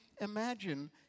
imagine